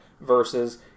versus